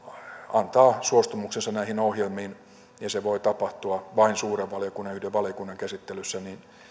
antaa suostumuksensa näihin ohjelmiin ja se voi tapahtua vain suuren valiokunnan ja yhden valiokunnan käsittelyssä